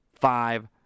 five